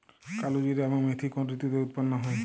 কালোজিরা এবং মেথি কোন ঋতুতে উৎপন্ন হয়?